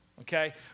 Okay